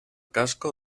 casco